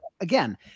again